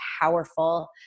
powerful